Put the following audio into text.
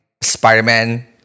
Spider-Man